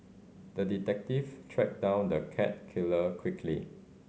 the detective tracked down the cat killer quickly